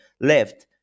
left